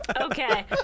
Okay